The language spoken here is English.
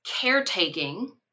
caretaking